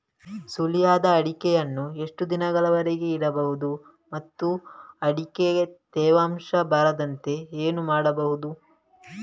ಸುಲಿಯದ ಅಡಿಕೆಯನ್ನು ಎಷ್ಟು ದಿನಗಳವರೆಗೆ ಇಡಬಹುದು ಮತ್ತು ಅಡಿಕೆಗೆ ತೇವಾಂಶ ಬರದಂತೆ ಏನು ಮಾಡಬಹುದು?